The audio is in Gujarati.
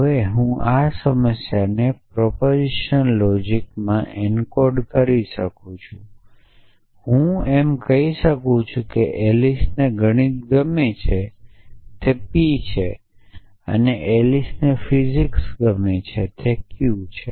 હવે હું આ સમસ્યાને પ્રોપોઝિશનલ લોજિકમાં એન્કોડ કરી શકું છું અને હું એમ કહી શકું છું કે એલિસ ને ગણિત ગમે છે તે p છે અને એલિસને ફિઝિક્સ ગમે છે તે q છે